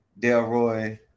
Delroy